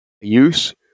use